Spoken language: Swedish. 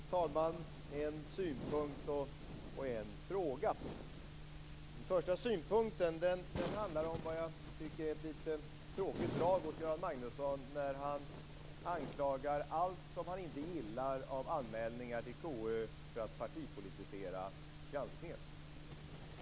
Fru talman! Jag har en synpunkt och en fråga. Först synpunkten: Något som jag tycker är ett lite tråkigt drag hos Göran Magnusson är att han anklagar allt som han inte gillar av anmälningar till KU för att vara partipolitisering av granskningen.